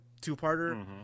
two-parter